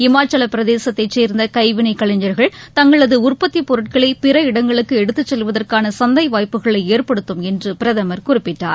இமாச்சலப் பிரதேசத்தை சேர்ந்த கைவினை கலைஞர்கள் தங்களது உற்பத்திப் பொருட்களை பிற இடங்களுக்கு எடுத்துச் செல்வதற்கான சந்தை வாய்ப்புகளை ஏற்படுத்தும் என்று பிரதமர் குறிப்பிட்டார்